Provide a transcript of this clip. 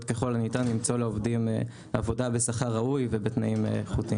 ככל הניתן למצוא לעובדים עבודה בשכר ראוי ובתנאים איכותיים.